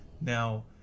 Now